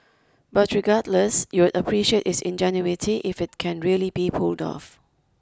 but regardless you'd appreciate its ingenuity if it can really be pulled off